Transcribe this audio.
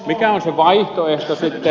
mikä on se vaihtoehto sitten